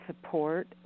support